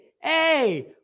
hey